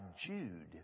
Jude